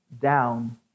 down